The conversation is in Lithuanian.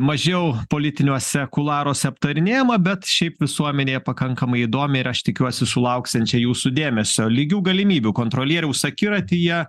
mažiau politiniuose kuluaruose aptarinėjamą bet šiaip visuomenėje pakankamai įdomiai ir aš tikiuosi sulauksiančią jūsų dėmesio lygių galimybių kontrolieriaus akiratyje